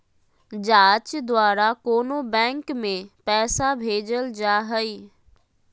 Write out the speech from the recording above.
जाँच द्वारा कोनो बैंक में पैसा भेजल जा हइ